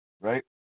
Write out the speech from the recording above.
Right